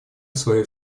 свою